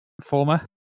Former